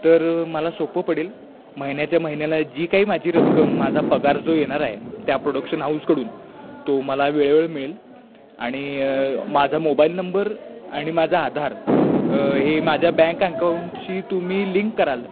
तर मला सोपं पडेल महिन्याच्या महिन्याला जी काही माझी रक्कम माझा पगार जो येणार आहे त्या प्रोडक्शन हाऊसकडून तो मला वेळोवेळी मिळेल आणि माझा मोबाईल नंबर आणि माझा आधार हे माझ्या बँक अकाऊंटशी तुम्ही लिंक कराल